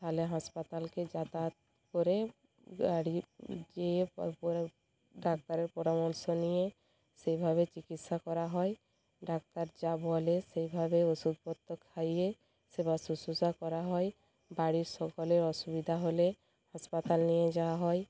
তাহলে হাসপাতালকে যাতায়াত করে আর ইয়ে যেয়ে তার পরে ডাক্তারের পরামর্শ নিয়ে সেইভাবে চিকিৎসা করা হয় ডাক্তার যা বলে সেইভাবে ওষুধপত্র খাইয়ে সেবা শুশ্রূষা করা হয় বাড়ির সকলের অসুবিধা হলে হাসপাতাল নিয়ে যাওয়া হয়